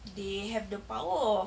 they have the power of